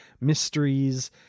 mysteries